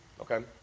Okay